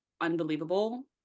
unbelievable